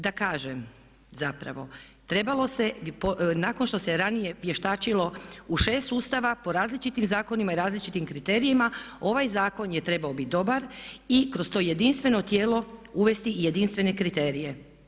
Da kažem zapravo, trebalo se nakon što se ranije vještačilo u šest sustava po različitim zakonima i različitim kriterijima ovaj zakon je trebao biti dobar i kroz to jedinstveno tijelo uvesti i jedinstvene kriterije.